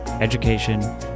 education